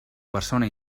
persona